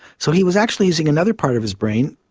so he was actually using another part of his brain,